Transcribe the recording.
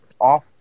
off